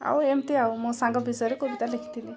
ଆଉ ଏମିତି ଆଉ ମୁଁ ସାଙ୍ଗ ବିଷୟରେ କବିତା ଲେଖିଥିଲି